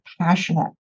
passionate